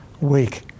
week